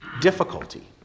difficulty